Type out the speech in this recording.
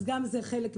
גם זה חלק מהעניין.